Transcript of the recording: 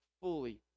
fully